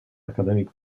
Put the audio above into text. academic